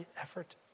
effort